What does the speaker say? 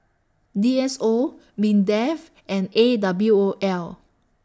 D S O Mindef and A W O L